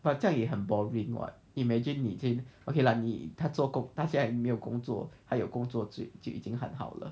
but 这样也很 boring [what] imagine 你 okay lah 大家也没有工作还有工作就已经很好了